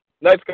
Nice